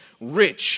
rich